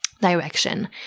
direction